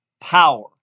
power